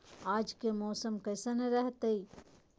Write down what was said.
आज के मौसम कैसन रहताई?